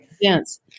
yes